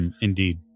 indeed